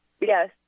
Yes